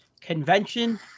convention